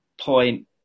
point